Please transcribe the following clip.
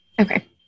Okay